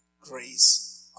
grace